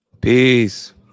Peace